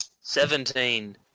Seventeen